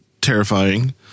terrifying